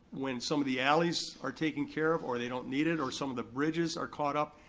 when some of the alleys are taken care of or they don't need it or some of the bridges are caught up,